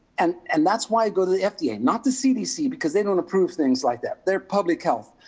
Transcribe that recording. and and that's why i go to the fda. not the cdc because they don't approve things like that. they're public health.